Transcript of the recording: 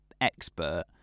expert